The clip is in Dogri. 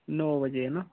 नौ बजे है ना